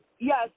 Yes